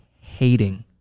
hating